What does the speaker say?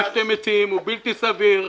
מה שאתם מציעים הוא בלתי סביר,